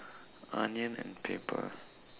onion and paper